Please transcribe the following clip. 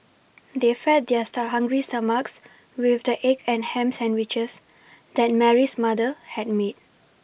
they fed their stuck hungry stomachs with the egg and ham sandwiches that Mary's mother had made